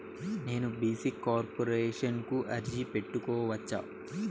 నేను BC corporation కు అర్జీ పెట్టుకోవచ్చా?